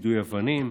יידוי אבנים,